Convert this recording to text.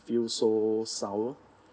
feel so sour